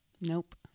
Nope